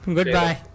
Goodbye